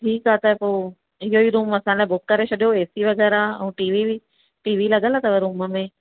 ठीकु आहे त पोइ इहेई रूम असांखे बुक करे छॾियो एसी वग़ैरह ऐं टीवी बि टीवी लगियल अथव रूम में